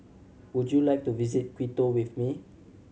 would you like to visit Quito with me